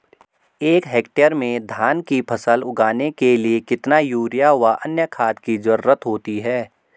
एक हेक्टेयर में धान की फसल उगाने के लिए कितना यूरिया व अन्य खाद की जरूरत होती है?